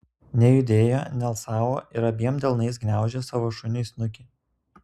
nejudėjo nealsavo ir abiem delnais gniaužė savo šuniui snukį